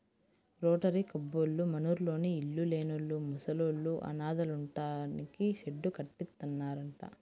rotary కబ్బోళ్ళు మనూర్లోని ఇళ్ళు లేనోళ్ళు, ముసలోళ్ళు, అనాథలుంటానికి షెడ్డు కట్టిత్తన్నారంట